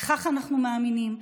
בכך אנחנו מאמינים,